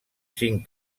cinc